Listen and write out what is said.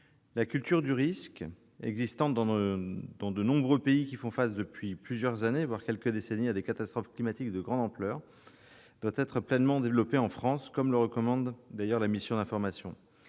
La culture du risque, qui existe dans de nombreux pays confrontés depuis plusieurs années, voire quelques décennies, à des catastrophes climatiques de grande ampleur, doit être pleinement développée en France, comme le recommande la mission d'information.